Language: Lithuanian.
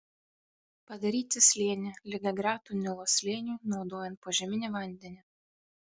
padaryti slėnį lygiagretų nilo slėniui naudojant požeminį vandenį